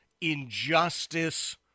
injustice